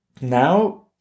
now